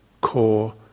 core